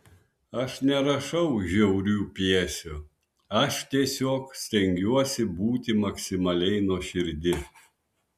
aš nerašau žiaurių pjesių aš tiesiog stengiuosi būti maksimaliai nuoširdi